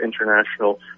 international